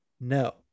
No